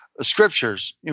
scriptures